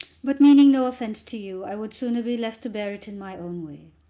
but, meaning no offence to you, i would sooner be left to bear it in my own way.